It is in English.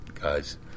guys